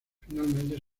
finalmente